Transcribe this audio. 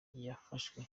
yafashwe